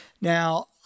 Now